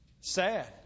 Sad